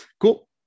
cool